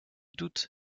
doute